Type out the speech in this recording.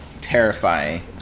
Terrifying